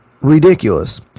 Ridiculous